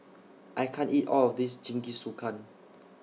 I can't eat All of This Jingisukan